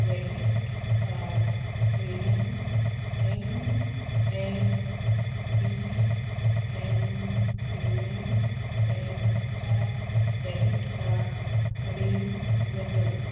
credit card वयल्यान N S D L payments बँकच्या debit card कडेन बदल